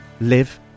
live